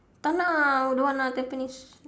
tak nak ah don't want lah tampines